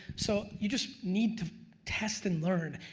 so you just need to test and learn.